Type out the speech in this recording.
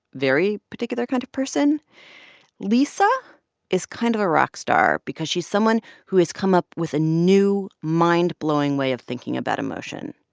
very particular kind of person lisa is kind of a rock star because she's someone who has come up with a new mind-blowing way of thinking about emotion.